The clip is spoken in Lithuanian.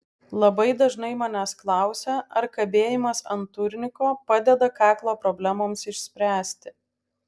labai dažnai manęs klausia ar kabėjimas ant turniko padeda kaklo problemoms išspręsti